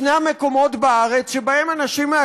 שנייה, תכף,